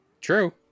True